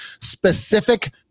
specific